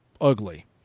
ugly